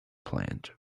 plant